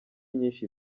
nyinshi